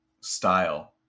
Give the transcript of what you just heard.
style